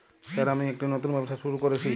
Sir আমি একটি নতুন ব্যবসা শুরু করেছি?